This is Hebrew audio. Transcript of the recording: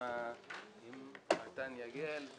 עם מתן יגל,